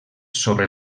sobre